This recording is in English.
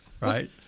Right